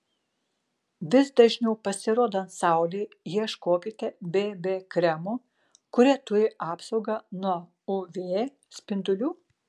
vis dažniau pasirodant saulei ieškokite bb kremų kurie turi apsaugą nuo uv spindulių